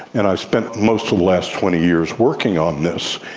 and i've spent most the last twenty years working on this.